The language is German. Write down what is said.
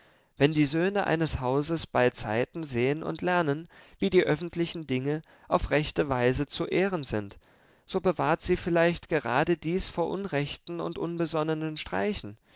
wenn die söhne eines hauses beizeiten sehen und lernen wie die öffentlichen dinge auf rechte weise zu ehren sind so bewahrt sie vielleicht gerade dies vor unrechten und unbesonnenen streichen